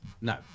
No